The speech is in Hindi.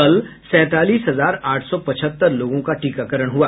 कल सैंतालीस हजार आठ सौ पचहत्तर लोगों का टीकाकरण हुआ